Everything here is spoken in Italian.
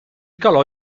calò